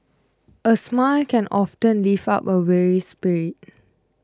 a smile can often lift up a weary spirit